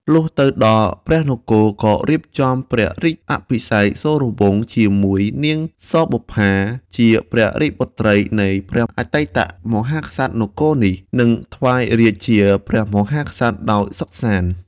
លុះទៅដល់ព្រះនគរ ក៏រៀបចំព្រះរាជអភិសេកសូរវង្សជាមួយព្រះនាងសបុប្ផា ជាព្រះរាជបុត្រីនៃព្រះអតីតមហាក្សត្រនគរនេះ និងថ្វាយរាជ្យជាព្រះមហាក្សត្រដោយសុខសាន្ត។